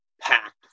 packed